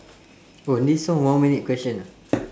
oh this one one minute question ah